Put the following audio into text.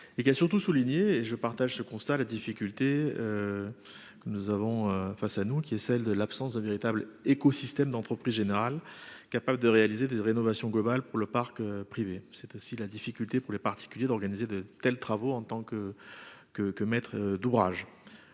et qui a surtout souligné, je partage ce constat, la difficulté, nous avons face à nous, qui est celle de l'absence d'un véritable écosystème d'entreprise générale capable de réaliser des rénovations globales pour le parc privé, c'est aussi la difficulté pour les particuliers d'organiser de tels travaux, en tant que que que maître d'ouvrage,